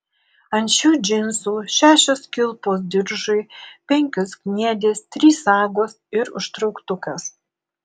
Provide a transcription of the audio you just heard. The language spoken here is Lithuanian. ant šių džinsų šešios kilpos diržui penkios kniedės trys sagos ir užtrauktukas